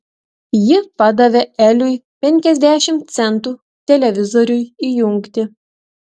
ji padavė eliui penkiasdešimt centų televizoriui įjungti